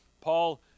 Paul